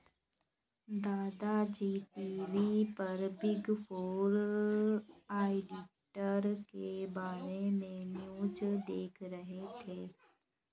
दादा जी टी.वी पर बिग फोर ऑडिटर के बारे में न्यूज़ देख रहे थे